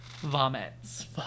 Vomits